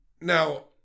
Now